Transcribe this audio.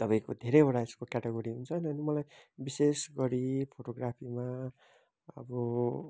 तपाईँको धेरैवडा यसको क्याटेगोरी हुन्छन् अनि मलाई विशेष गरी फोटोग्राफीमा अब